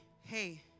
hey